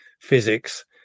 physics